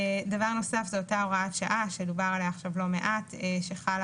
דבר נוסף זאת אותה הוראת שעה שדובר עליה עכשיו לא מעט שחלה